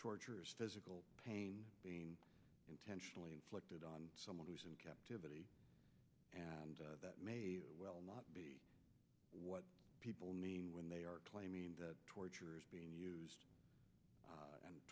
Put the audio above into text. torture physical pain being intentionally collected on someone who is in captivity and that may well not be what people mean when they are claiming that torture is being used